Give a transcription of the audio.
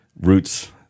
roots